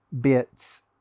bits